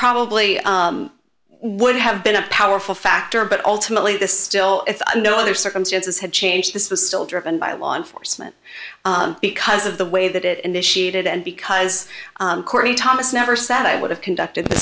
probably would have been a powerful factor but ultimately this still if no other circumstances had changed this was still driven by law enforcement because of the way that it initiated and because courtney thomas never said i would have conducted the